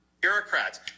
Bureaucrats